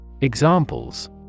Examples